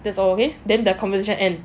that's all okay then their conversation end